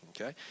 okay